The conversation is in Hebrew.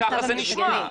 ככה זה נשמע.